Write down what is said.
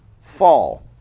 fall